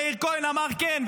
מאיר כהן אמר: כן,